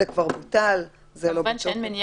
זה כבר בוטל, זה לא בתוקף.